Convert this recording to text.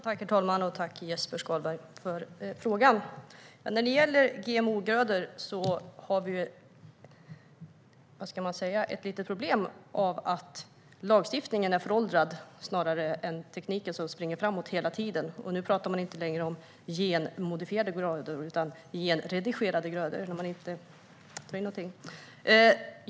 Herr talman! Jag tackar Jesper Skalberg Karlsson för frågan. När det gäller GMO-grödor har vi ett litet problem i och med att lagstiftningen är föråldrad snarare än tekniken, som hela tiden springer framåt. Nu pratar man inte längre om genmodifierade grödor utan om genredigerade grödor, där man inte tar in någonting.